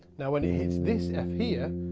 now, when it hits this f, here,